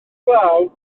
glaw